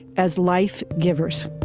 as life-givers